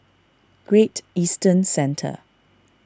Great Eastern Centre